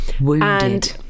wounded